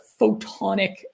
photonic